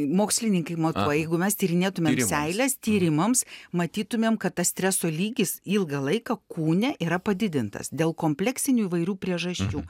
mokslininkai matuoja jeigu mes tyrinėtumėm seiles tyrimams matytumėm kad tas streso lygis ilgą laiką kūne yra padidintas dėl kompleksinių įvairių priežasčių